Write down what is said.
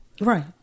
Right